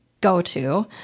go-to